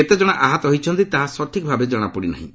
କେତେ ଜଣ ଆହତ ହୋଇଛନ୍ତି ତାହା ସଠିକ୍ ଭାବେ ଜଣାପଡ଼ି ନାହିଁ